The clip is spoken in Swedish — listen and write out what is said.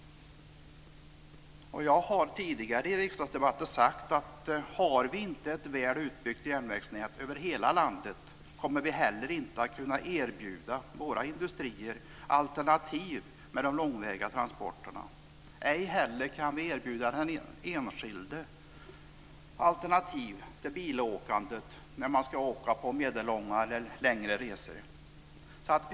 Jag har i tidigare riksdagsdebatter sagt att har vi inte ett väl utbyggt järnvägsnät över hela landet kommer vi heller inte att kunna erbjuda våra industrier alternativ för de långväga transporterna, ej heller erbjuda den enskilde alternativ till bilåkandet vid medellånga eller längre resor.